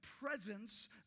presence